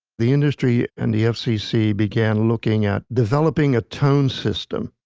the industry, and the fcc, began looking at developing a tone system.